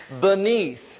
beneath